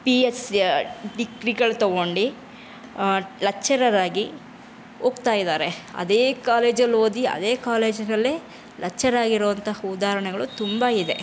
P S ಡಿಗ್ರಿಗಳು ತಗೊಂಡು ಲಚ್ಚರರಾಗಿ ಹೋಗ್ತಾ ಇದ್ದಾರೆ ಅದೇ ಕಾಲೇಜಲ್ಲಿ ಓದಿ ಅದೇ ಕಾಲೇಜಿನಲ್ಲೇ ಲಚ್ಚರಾಗಿರುವಂತಹ ಉದಾಹರಣೆಗಳು ತುಂಬ ಇದೆ